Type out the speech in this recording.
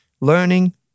Learning